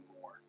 more